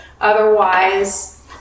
Otherwise